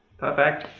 perfect!